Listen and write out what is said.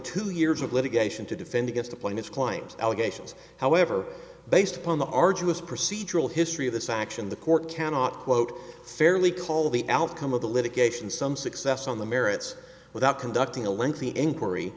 two years of litigation to defend against the plaintiff's client allegations however based upon the arduous procedural history of this action the court cannot quote fairly call the outcome of the litigation some success on the merits without conducting a lengthy inquiry